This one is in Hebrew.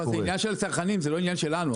אבל זה עניין של הצרכנים, זה לא עניין שלנו.